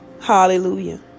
Hallelujah